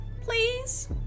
please